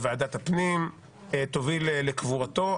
לוועדת הפנים, תוביל לקבורתו.